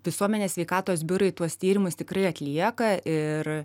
visuomenės sveikatos biurai tuos tyrimus tikrai atlieka ir